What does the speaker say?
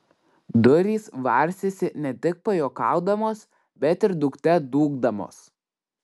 durys varstėsi ne tik pajuokaudamos bet ir dūkte dūkdamos